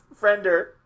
Friender